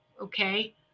okay